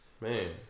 Man